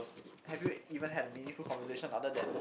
have you even had a meaningful conversation other than